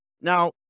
Now